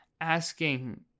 asking